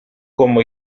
como